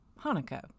Hanukkah